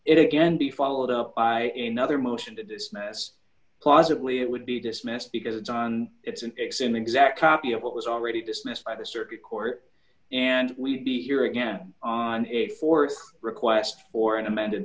it again be followed up by in another motion to dismiss plausibly it would be dismissed because it's on it's an x in exact copy of what was already dismissed by the circuit court and we'd be here again on it for a request for an amended